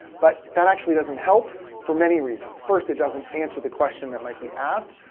but that actually doesn't help for many reasons. first, it doesn't answer the question that might be asked.